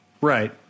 Right